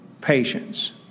patience